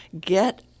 get